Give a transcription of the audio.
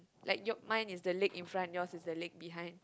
like your mine is the leg in front yours is the leg behind